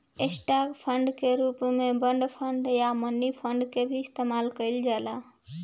stock fund के रूप में बॉन्ड फंड आ मनी फंड के भी इस्तमाल कईल जाला